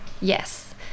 Yes